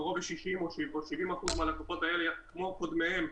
קרוב ל-60% או 70% מהלקוחות האלה כמו קודמיהם,